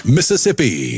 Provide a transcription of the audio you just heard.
Mississippi